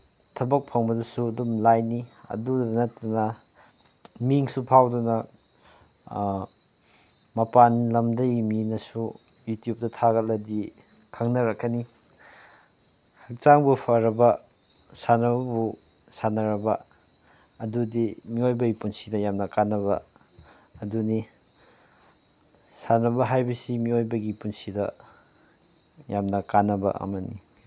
ꯊꯕꯛ ꯐꯪꯕꯗꯁꯨ ꯑꯗꯨꯝ ꯂꯥꯏꯅꯤ ꯑꯗꯨꯗ ꯅꯠꯇꯅ ꯃꯤꯡꯁꯨ ꯐꯥꯎꯗꯨꯅ ꯃꯄꯥꯟꯂꯝꯗꯒꯤ ꯃꯤꯅꯁꯨ ꯌꯨꯇꯨꯞꯇ ꯊꯥꯒꯠꯂꯗꯤ ꯈꯪꯅꯔꯛꯀꯅꯤ ꯍꯛꯆꯥꯡꯕꯨ ꯐꯔꯕ ꯁꯥꯟꯅꯕꯕꯨ ꯁꯥꯟꯅꯔꯕ ꯑꯗꯨꯗꯤ ꯃꯤꯑꯣꯕꯒꯤ ꯄꯨꯟꯁꯤꯗ ꯌꯥꯝꯅ ꯀꯥꯟꯅꯕ ꯑꯗꯨꯅꯤ ꯁꯥꯟꯅꯕ ꯍꯥꯏꯕꯁꯤ ꯃꯤꯑꯣꯏꯕꯒꯤ ꯄꯨꯟꯁꯤꯗ ꯌꯥꯝꯅ ꯀꯥꯟꯅꯕ ꯑꯃꯅꯤ